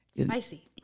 spicy